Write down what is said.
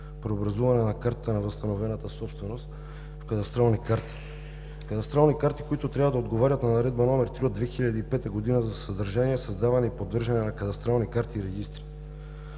преобразуване на картата на възстановената собственост в кадастрални карти – кадастрални карти, които трябва да отговарят на Наредба № 3 от 2005 г. за съдържание, създаване и поддържане на кадастрални карти и регистри.